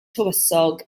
tywysog